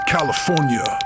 California